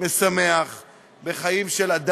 ולא